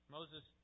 Moses